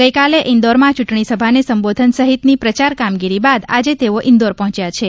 ગઇકાલે ઇન્દોરમાં ચૂંટણીસભાને સંબોધન સહિતની પ્રચાર કામગીરી બાદ આજ તેઓ ઉજ્જૈન પહોંચ્યા છે